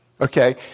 Okay